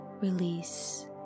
release